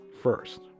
first